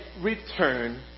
return